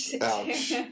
Ouch